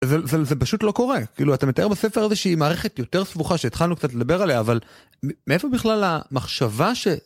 זה זה זה פשוט לא קורה כאילו אתה מתאר בספר זה שהיא מערכת יותר סבוכה שהתחלנו קצת לדבר עליה אבל מאיפה בכלל המחשבה.